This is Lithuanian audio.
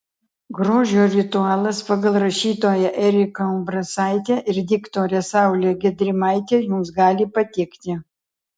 grožio ritualas pagal rašytoją eriką umbrasaitę ir diktorę saulę gedrimaitę jums gali patikti